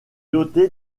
doté